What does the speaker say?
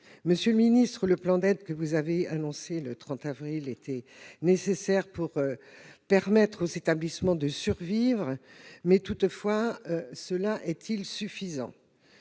Monsieur le secrétaire d'État, le plan d'aide que vous avez annoncé le 30 avril était nécessaire pour permettre aux établissements de survivre. Toutefois, sera-t-il suffisant ?